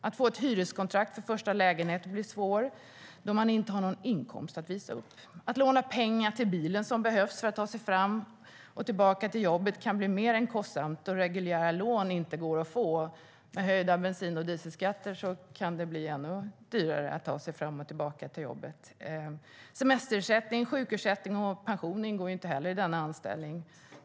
Att få ett hyreskontrakt för första lägenheten blir svårt då man inte har någon inkomst att visa upp. Att låna pengar till den bil som behövs för att ta sig till jobbet kan bli mer än kostsamt då reguljära lån inte går att få. Med höjda bensin och dieselskatter kan det bli ännu dyrare att ta sig till jobbet. Semesterersättning, sjukersättning och pension ingår inte heller i denna anställning.